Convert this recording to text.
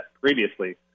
previously